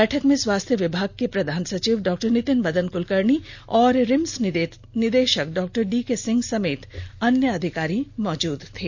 बैठक में स्वास्थ्य विभाग के प्रधान सचिव डॉ नीतिन मदन कुलकर्णी और रिम्स निदेशक डाक्टर डीके सिंह समेत अन्य अधिकारी मौजूद थे